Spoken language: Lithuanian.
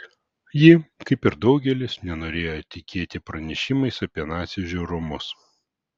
ji kaip ir daugelis nenorėjo tikėti pranešimais apie nacių žiaurumus